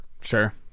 Sure